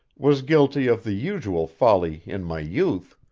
was guilty of the usual folly in my youth,